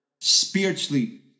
spiritually